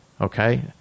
Okay